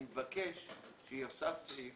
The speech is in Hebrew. אני מבקש שיוסף סעיף